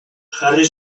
jarri